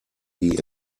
die